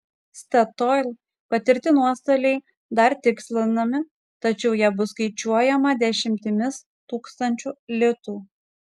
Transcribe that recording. statoil patirti nuostoliai dar tikslinami tačiau jie bus skaičiuojama dešimtimis tūkstančių litų